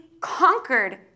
conquered